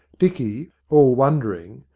dicky, all wondering,